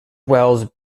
wells